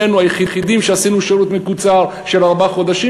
שנינו היחידים שעשינו שירות מקוצר של ארבעה חודשים,